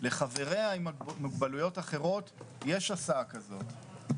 לחבריה עם מוגבלויות אחרות יש הסעה כזאת.